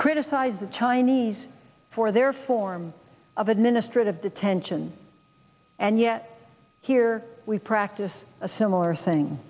criticize the chinese for their form of administrative detention and yet here we practice a similar thing